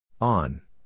On